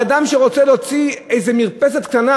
הרי אדם שרוצה להוציא איזה מרפסת קטנה